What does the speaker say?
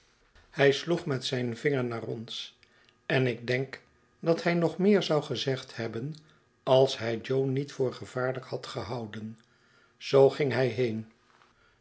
hij sloeg met zijn vinger naar oris en ik denk dat hij nog meer zou gezegd hebben als hij jo niet voor gevaarlijk had gehouden zoo ging hij heen